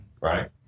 Right